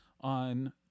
on